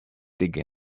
digging